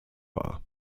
war